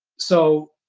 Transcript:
so,